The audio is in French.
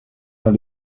dans